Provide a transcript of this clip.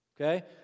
okay